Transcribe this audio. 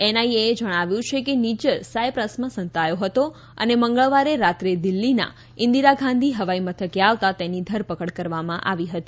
એનઆઈએએ જણાવ્યું છે કે નિજ્જર સાયપ્રસમાં સંતાયો હતો અને મંગળવારે રાત્રે દિલ્ફીના ઇન્દિરા ગાંધી હવાઈ મથકે આવતા તેની ધરપકડ કરવામાં આવી હતી